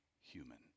human